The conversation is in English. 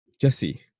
Jesse